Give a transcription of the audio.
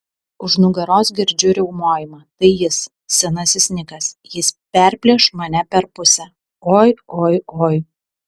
už nugaros girdžiu riaumojimą tai jis senasis nikas jis perplėš mane per pusę oi oi oi